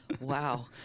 Wow